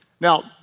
Now